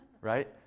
Right